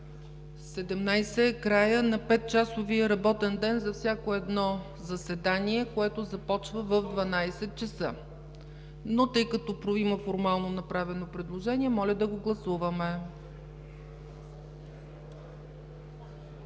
ч. е краят на 5 часовия работен ден за всяко едно заседание, което започва в 12,00 ч., но тъй като има формално направено предложение, моля да го гласуваме.